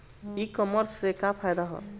ई कामर्स से का फायदा ह?